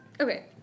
Okay